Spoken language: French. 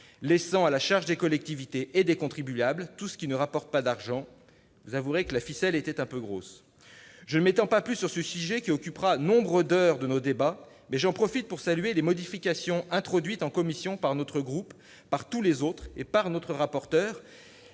laissant à la charge des collectivités et des contribuables tout ce qui ne rapporte pas d'argent. Avouez que la ficelle est un peu grosse ! Je ne m'étends pas plus sur ce sujet, qui occupera nombre d'heures durant nos débats, mais j'en profite pour saluer les modifications introduites en commission sur l'initiative de plusieurs groupes, notamment